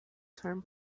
term